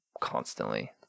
constantly